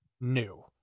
new